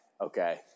Okay